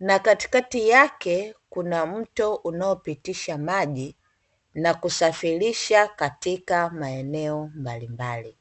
na katikati yake kuna mto unaopitishwa maji na kusafirisha katika maeneo mbalimbali.